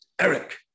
Eric